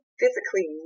physically